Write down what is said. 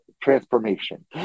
transformation